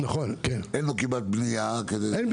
אין לו כמעט בנייה.